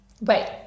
Wait